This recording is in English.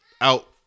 Out